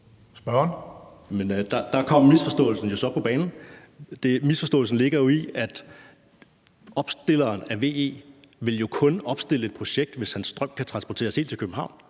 der kom misforståelsen jo så på banen. Misforståelsen ligger i, at opstilleren af VE jo kun vil opstille et projekt, hvis hans strøm kan transporteres helt til København.